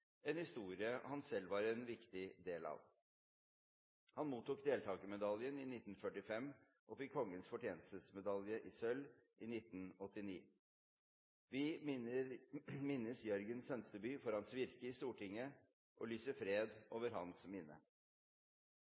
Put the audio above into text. en historie han selv var en viktig del av. Han mottok deltakermedaljen i 1945 og fikk Kongens fortjenestemedalje i sølv i 1989. Vi minnes Jørgen Sønstebø for hans virke i Stortinget og lyser fred over hans minne.